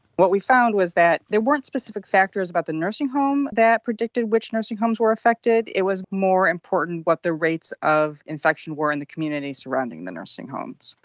what we found was that there weren't specific factors about the nursing home that predicted which nursing homes were affected, it was more important what the rates of infection were in the community surrounding the nursing homes.